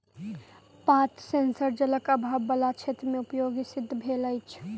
पात सेंसर जलक आभाव बला क्षेत्र मे उपयोगी सिद्ध भेल अछि